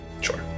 Sure